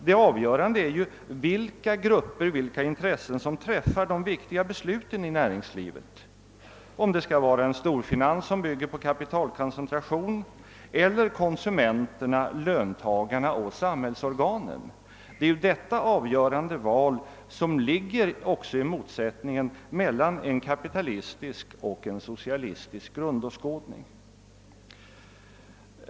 Det avgörande är vilka grupper och intressen som fattar de viktiga besluten i näringslivet, om det är storfinansen — som bygger på kapitalkoncentration — som skall göra det eller konsumenterna-löntagarna och samhällsorganen. Det är detta avgöran de val som ligger i motsättningen mellan en kapitalistisk och en socialistisk grundåskådning.